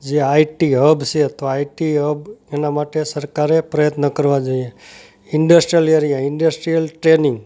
જે IT hub છે અથવા આઇટી હબ એના માટે સરકારે પ્રયત્ન કરવા જોઈએ ઇન્ડસ્ટ્રિયલ એરિયા ઇન્ડસ્ટ્રિયલ ટ્રેનિંગ